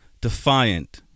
defiant